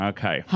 Okay